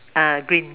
uh green